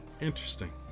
Interesting